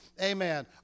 amen